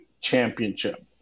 Championship